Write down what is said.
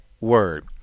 word